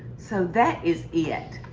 so that is it,